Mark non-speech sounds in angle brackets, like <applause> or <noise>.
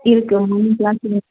இருக்குது evening class <unintelligible>